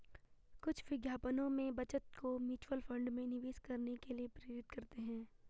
कुछ विज्ञापनों में बचत को म्यूचुअल फंड में निवेश करने के लिए प्रेरित करते हैं